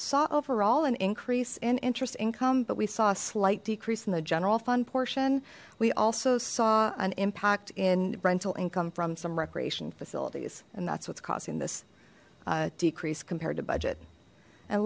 saw overall an increase in interest income but we saw a slight decrease in the general fund portion we also saw an impact in rental income from some recreation facilities and that's what's causing this decrease compared to budget and